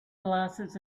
glasses